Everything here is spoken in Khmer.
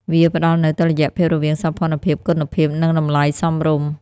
វាផ្តល់នូវតុល្យភាពរវាងសោភ័ណភាព គុណភាព និងតម្លៃសមរម្យ។